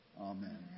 Amen